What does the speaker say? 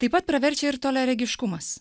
taip pat praverčia ir toliaregiškumas